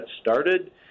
started